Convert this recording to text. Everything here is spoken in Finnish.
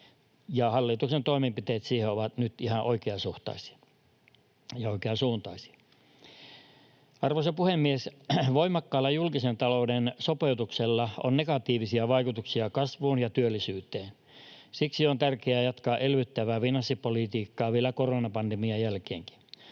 hallituksen toimenpiteet siihen ovat nyt ihan oikeasuhtaisia ja oikean suuntaisia. Arvoisa puhemies! Voimakkaalla julkisen talouden sopeutuksella on negatiivisia vaikutuksia kasvuun ja työllisyyteen. Siksi on tärkeää jatkaa elvyttävää finanssipolitiikkaa vielä koronapandemian jälkeenkin.